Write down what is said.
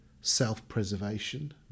self-preservation